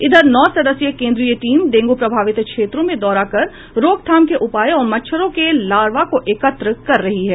इधर नौ सदस्यीय केन्द्रीय टीम डेंगू प्रभावित क्षेत्रों में दौरा कर रोकथाम के उपाय और मच्छरों के लार्वा को एकत्र कर रही है